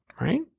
right